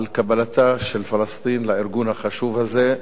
על קבלתה של פלסטין לארגון החשוב הזה,